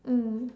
mm